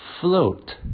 float